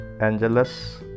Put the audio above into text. Angeles